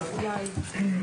הישיבה ננעלה בשעה 14:15.